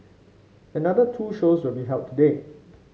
another two shows will be held today